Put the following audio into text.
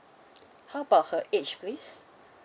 how about her age please